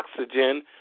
oxygen